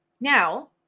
Now